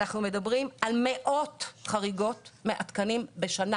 אנחנו מדברים על מאות חריגות מהתקנים בשנה.